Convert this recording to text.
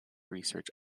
research